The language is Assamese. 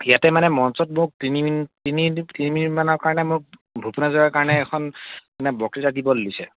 ইয়াতে মানে মঞ্চত মোক তিনি মিনিট তিনি তিনি মিনিটমানৰ কাৰণে মোক ভূপেন হাজৰিকাৰ কাৰণে এখন মানে বক্তৃতা দিবলৈ দিছে